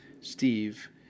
Steve